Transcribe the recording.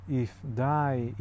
if-die